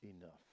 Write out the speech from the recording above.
enough